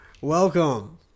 Welcome